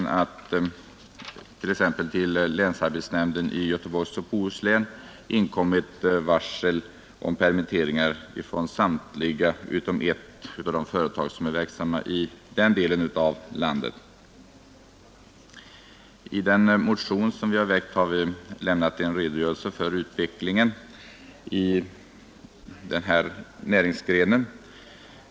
Så har t.ex. till länsarbetsnämnden i Göteborgs och Bohus län inkommit varsel om permitteringar från samtliga utom ett av de företag som är verksamma i den delen av landet. I den motion som vi väckt har vi lämnat en redogörelse för utvecklingen i den här näringsgrenen.